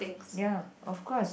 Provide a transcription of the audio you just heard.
ya of course